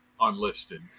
unlisted